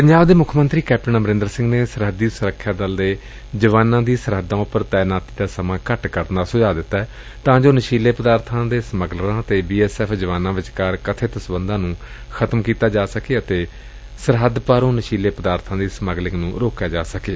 ਪੰਜਾਬ ਦੇ ਮੁੱਖ ਮੰਤਰੀ ਕੈਪਟਨ ਅਮਰਿੰਦਰ ਸਿੰਘ ਨੇ ਸਰਹੱਦੀ ਸੁਰੱਖਿਆ ਦਲ ਦੇ ਜਵਾਨਾਂ ਦੀ ਸਰਹੱਦਾਂ ਉਪਰ ਤਾਇਨਾਤੀ ਦਾ ਸਮਾਂ ਘੱਟ ਕਰਨ ਦਾ ਸੁਝਾਅ ਦਿੱਤੈ ਤਾਂ ਜੋ ਨਸ਼ੀਲੇ ਪਦਾਰਬਾਂ ਦੇ ਸਮਗਲਰਾਂ ਅਤੇ ਬੀ ਐਸ ਐਫ਼ ਜਵਾਨਾਂ ਵਿਚਕਾਰ ਕਬਿਤ ਸਬੰਧਾਂ ਨੂੰ ਖ਼ਤਮ ਕੀਤਾ ਜਾ ਸਕੇ ਅਤੇ ਸਰਹੱਦ ਪਾਰੋਂ ਨਸ਼ੀਲੇ ਪਦਾਰਬਾਂ ਦੀ ਸਮਗਲਿੰਗ ਨੂੰ ਰੋਕਿਆ ਜਾ ਸਕੇ